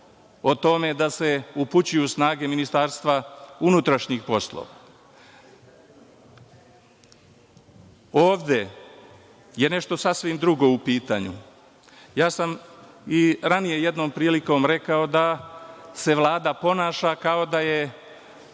o tome da se upućuju snage Ministarstva unutrašnjih poslova. Ovde je nešto sasvim drugo u pitanju. Ja sam i ranije jednom prilikom rekao da se Vlada ponaša kao da je